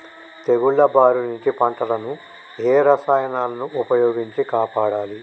తెగుళ్ల బారి నుంచి పంటలను ఏ రసాయనాలను ఉపయోగించి కాపాడాలి?